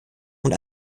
und